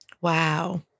Wow